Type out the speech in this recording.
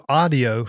audio